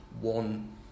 one